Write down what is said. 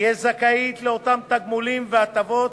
תהיה זכאית לאותם תגמולים והטבות